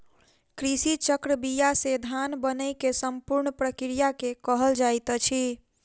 कृषि चक्र बीया से धान बनै के संपूर्ण प्रक्रिया के कहल जाइत अछि